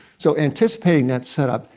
so anticipating that setup,